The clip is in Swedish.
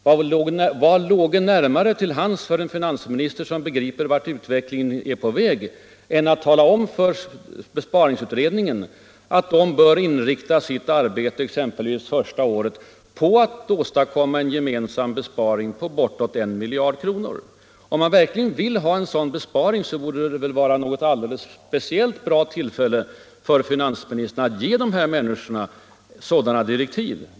Vad låge närmare till hands för en finansminister som begriper vart utvecklingen är på väg än att tala om för besparingsutredningen att den bör inrikta sitt arbete exempelvis första året på att åstadkomma en besparing på bortåt 1 miljard kronor? Om man verkligen vill ha en sådan besparing så borde det väl vara ett speciellt bra tillfälle för finansministern att ge sådana direktiv.